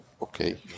Okay